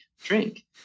drink